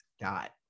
dot